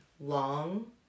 long